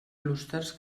clústers